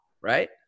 right